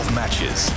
matches